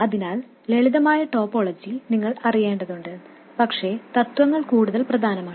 അതിനാൽ ലളിതമായ ടോപ്പോളജി നിങ്ങൾ അറിയേണ്ടതുണ്ട് പക്ഷേ തത്ത്വങ്ങൾ കൂടുതൽ പ്രധാനമാണ്